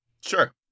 Sure